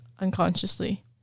unconsciously